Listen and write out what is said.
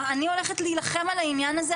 אני הולכת להילחם על העניין הזה,